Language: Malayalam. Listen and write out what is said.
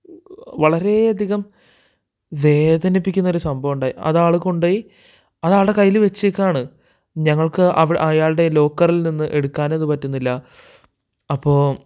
വളരേ അധികം വേദനിപ്പിക്കുന്നൊരു സംഭവമുണ്ടായി അത് ആള് കൊണ്ടുപോയി അതാളുടെ കയ്യില് വച്ചേക്കുകയാണ് ഞങ്ങള്ക്ക് അയാളുടെ ലോക്കറില് നിന്ന് എടുക്കാനത് പറ്റുന്നില്ല അപ്പോള്